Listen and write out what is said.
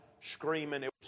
screaming